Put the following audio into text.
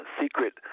secret